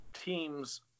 teams